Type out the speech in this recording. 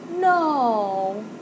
no